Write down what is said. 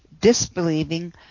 disbelieving